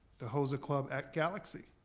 the hosa club at galaxy.